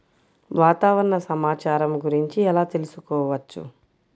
వాతావరణ సమాచారము గురించి ఎలా తెలుకుసుకోవచ్చు?